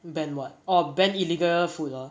ban what or ban illegal food ah